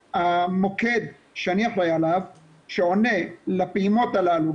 המוקד שאני אחראי עליו שעונה לפעימות הללו,